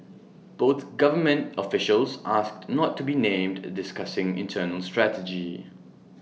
both government officials asked not to be named discussing internal strategy